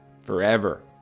forever